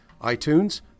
iTunes